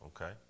okay